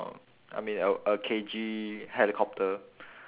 I mean a a K_G helicopter